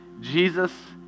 Jesus